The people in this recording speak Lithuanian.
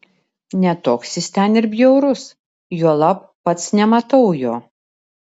ne toks jis ten ir bjaurus juolab pats nematau jo